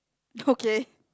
okay